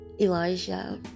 Elijah